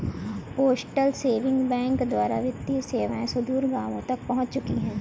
postal saving bank द्वारा वित्तीय सेवाएं सुदूर गाँवों तक पहुंच चुकी हैं